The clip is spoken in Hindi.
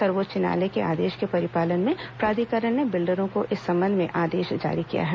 सर्वोच्च न्यायालय के आदेश के परिपालन में प्राधिकरण ने बिल्डरों को इस संबंध में आदेश जारी किया है